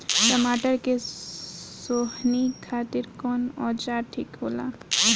टमाटर के सोहनी खातिर कौन औजार ठीक होला?